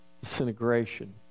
Disintegration